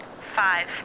Five